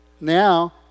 now